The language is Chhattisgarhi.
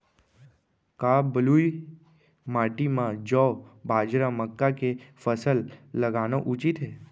का बलुई माटी म जौ, बाजरा, मक्का के फसल लगाना उचित हे?